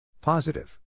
Positive